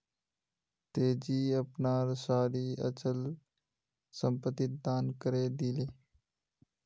तेजी अपनार सारी अचल संपत्ति दान करे दिले